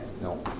No